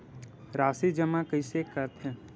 राशि जमा कइसे करथे?